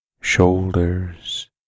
shoulders